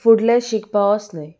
फुडले शिकपाव वोसनाय